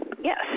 Yes